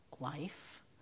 life